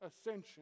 ascension